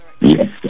yes